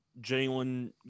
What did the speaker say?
Jalen